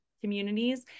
communities